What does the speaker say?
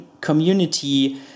community